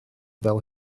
fel